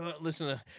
listen